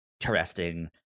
interesting